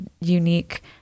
unique